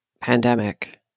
pandemic